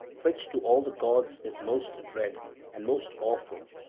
which to all the gods is most dread and most awful,